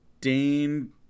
Dane